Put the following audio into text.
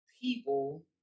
people